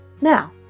Now